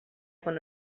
quan